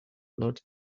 blood